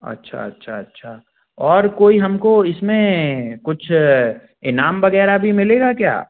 अच्छा अच्छा अच्छा और कोई हमको इसमें कुछ इनाम वग़ैरह भी मिलेगा क्या